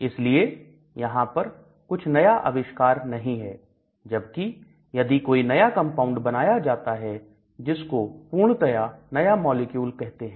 इसलिए यहां पर कुछ नया अविष्कार नहीं है जबकि यदि कोई नया कंपाउंड बनाया जाता है जिसको पूर्णतया नया मॉलिक्यूल कहते हैं